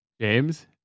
James